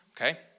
Okay